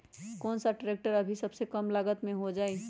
कौन सा ट्रैक्टर अभी सबसे कम लागत में हो जाइ?